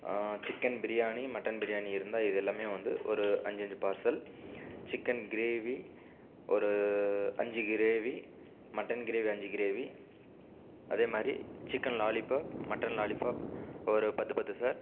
chicken biryani mutton biryani இருந்தால் இதெல்லாமே வந்து ஒரு அஞ்சு அஞ்சு பார்சல் சிக்கன் கிரேவி ஒரு அஞ்சு கிரேவி மட்டன் கிரேவி அஞ்சு கிரேவி அதே மாரி சிக்கன் லாலிபப் மட்டன் லாலிபப் ஒரு பத்து பத்து சார்